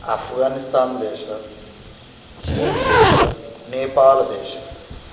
अफ़्निस्थान् देशः चीन् देशः नेपाल देशः